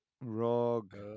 Rog